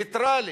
נייטרלי,